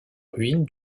ruines